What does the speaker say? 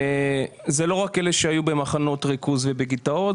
זה לא רק אלה שהיו במחנות ריכוז ובגטאות,